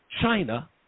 China